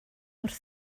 wrth